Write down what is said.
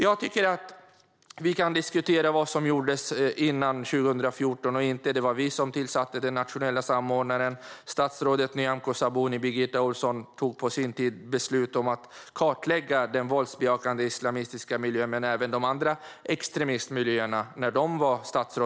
Jag tycker att vi kan diskutera vad som gjordes och inte gjordes före 2014. Det var vi som tillsatte den nationella samordnaren. Nyamko Sabuni och Birgitta Ohlsson tog under sin tid som statsråd beslut om att kartlägga både den våldsbejakande islamistiska miljön och de andra extremistmiljöerna.